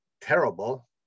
terrible